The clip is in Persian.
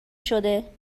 شده